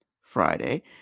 Friday